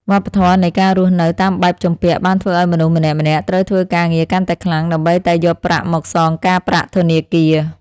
វប្បធម៌នៃការរស់នៅតាមបែបជំពាក់បានធ្វើឱ្យមនុស្សម្នាក់ៗត្រូវធ្វើការងារកាន់តែខ្លាំង ដើម្បីតែយកប្រាក់មកសងការប្រាក់ធនាគារ។